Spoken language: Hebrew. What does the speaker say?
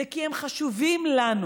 זה כי הם חשובים לנו,